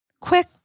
Quick